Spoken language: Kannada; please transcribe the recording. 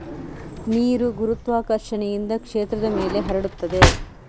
ನೀರು ಗುರುತ್ವಾಕರ್ಷಣೆಯಿಂದ ಕ್ಷೇತ್ರದ ಮೇಲೆ ಹರಡುತ್ತದೆ